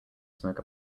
smoke